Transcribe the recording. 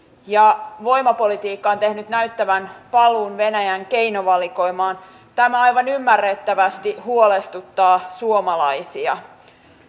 ja voimapolitiikka on tehnyt näyttävän paluun venäjän keinovalikoimaan tämä aivan ymmärrettävästi huolestuttaa suomalaisia